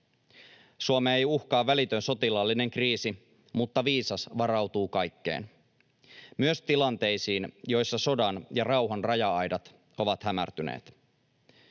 Suomea ei uhkaa välitön sotilaallinen kriisi, mutta viisas varautuu kaikkeen, myös tilanteisiin, joissa sodan ja rauhan raja-aidat ovat hämärtyneet.